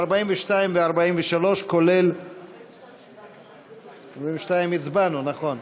42 ו-43, על 42 כבר הצבענו, נכון.